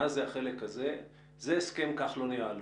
החלק הזה זה הסכם כחלון-יעלון.